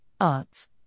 arts